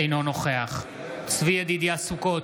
אינו נוכח צבי ידידיה סוכות,